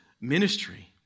ministry